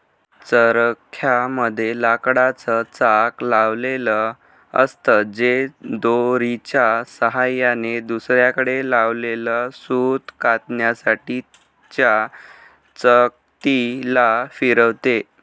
चरख्या मध्ये लाकडाच चाक लावलेल असत, जे दोरीच्या सहाय्याने दुसरीकडे लावलेल सूत कातण्यासाठी च्या चकती ला फिरवते